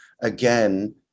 Again